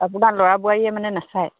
আপোনাৰ ল'ৰা বোৱাৰীয়ে মানে নাচায়